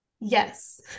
Yes